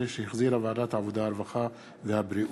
2013, שהחזירה ועדת העבודה, הרווחה והבריאות.